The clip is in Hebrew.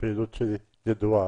הפעילות שלי ידועה,